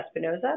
Espinoza